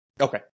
okay